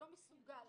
שלא מסוגל